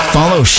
Follow